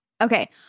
Okay